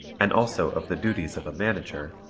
and also of the duties of a manager,